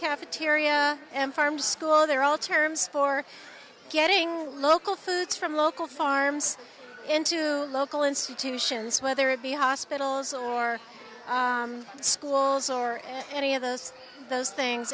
cafeteria and farm school they're all terms for getting the local food from local farms into local institutions whether it be hospitals or schools or any of those those things